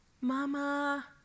Mama